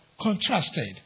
contrasted